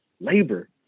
Labor